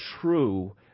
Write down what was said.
true